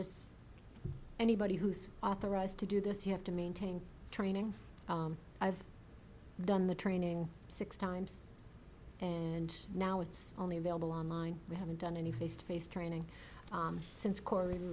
as anybody who's authorized to do this you have to maintain training i've done the training six times and now it's only available online we haven't done any face to face training since co